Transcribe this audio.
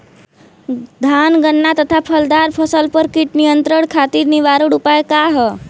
धान गन्ना तथा फलदार फसल पर कीट नियंत्रण खातीर निवारण उपाय का ह?